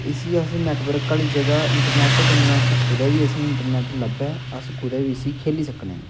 इसी अस नेटवर्क आह्ली जगह् इंटरनेट कन्नै अस कुतै बी असेंगी इंटरनेट लब्भै अस कुतै बी इसी खेली सकने आं